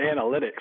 analytics